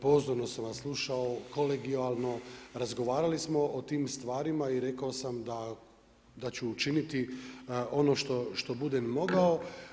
Pozorno sam vas slušao, kolegijalno, razgovarali smo o tim stvarima i rekao sam da ću učiniti ono što budem mogao.